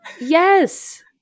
Yes